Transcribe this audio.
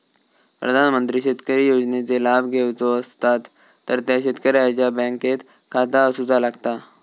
प्रधानमंत्री शेतकरी योजनेचे लाभ घेवचो असतात तर त्या शेतकऱ्याचा बँकेत खाता असूचा लागता